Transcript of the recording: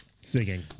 Singing